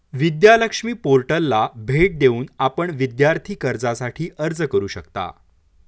विद्या लक्ष्मी पोर्टलला भेट देऊन आपण विद्यार्थी कर्जासाठी अर्ज करू शकता